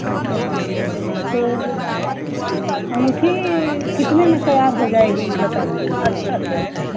अच्छा तो अंगूठी कितने में तैयार हो जाएगी बताइए अच्छी से अच्छी